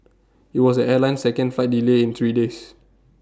IT was airline's second flight delay in three days